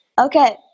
Okay